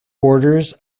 borders